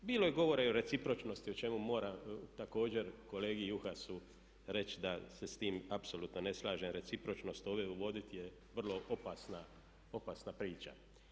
Bilo je govora i o recipročnosti o čemu moram također kolegi Juhasu reći da se sa tim apsolutno ne slažem recipročnost ovdje uvoditi je vrlo opasna priča.